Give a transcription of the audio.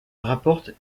rapporte